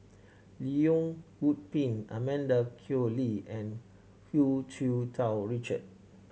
Leong Yoon Pin Amanda Koe Lee and Hu Tsu Tau Richard